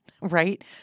right